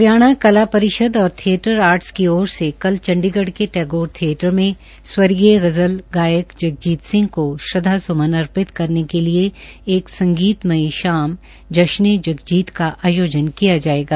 हरियाणा कला परिषद और थियेटर आर्टस की ओर से कल चंडीगढ़ के टैगोर थियेटर में स्वर्गीय गज़ल गायक जगजीत सिंह को श्रदवास्मन अर्पित करने के लिए एक संगीतमंय शाम जश्न ए जगजीत का आयोजन किया जायेगा